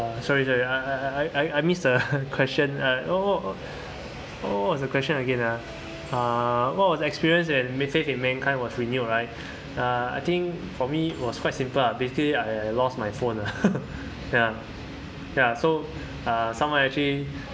sorry sorry I I I I missed the question uh uh wh~ wh~ what is the question again ah uh what was the experience when your faith in mankind was renewed right uh I think for me was quite simple lah basically I I I lost my phone ah ya ya so uh someone actually